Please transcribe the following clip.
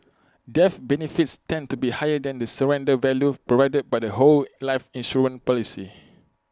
death benefits tend to be higher than the surrender value provided by the whole life insurance policy